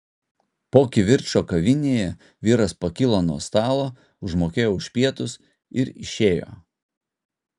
po kivirčo kavinėje vyras pakilo nuo stalo užmokėjo už pietus ir išėjo